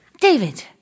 David